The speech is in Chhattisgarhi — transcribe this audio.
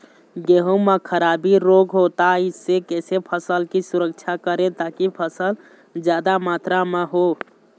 गेहूं म खराबी रोग होता इससे कैसे फसल की सुरक्षा करें ताकि फसल जादा मात्रा म हो?